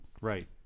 Right